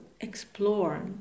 explore